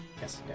Yes